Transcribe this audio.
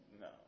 No